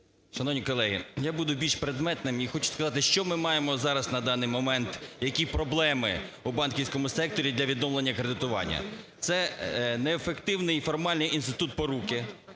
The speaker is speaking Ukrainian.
Шановні колеги! Я буду більш предметним. І хочу сказати, що ми маємо на даний момент, які проблеми у банківському секторі для відновлення кредитування. Це неефективний і формальний інститут поруки,